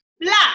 Black